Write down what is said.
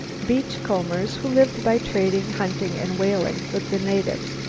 beach combers, who lived by trading, hunting and whaling with the natives.